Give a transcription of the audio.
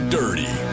dirty